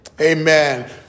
Amen